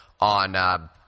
on, –